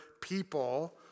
people